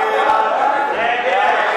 מסדר-היום